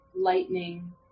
lightning